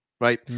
Right